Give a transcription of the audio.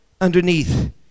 underneath